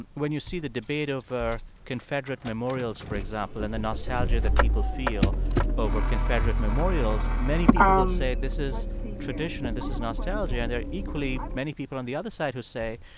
when you see the debate over confederate memorials, for example, and the nostalgia that people feel over confederate memorials, many people will say, this is tradition and this is nostalgia. and there are equally many people on the other side who say,